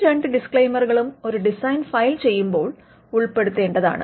ഈ രണ്ട് ഡിസ്ക്ലെയ്മറുകളും ഒരു ഡിസൈൻ ഫയൽ ചെയ്യുമ്പോൾ ഉൾപെടുത്തേണ്ടതാണ്